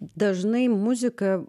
dažnai muzika